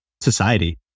society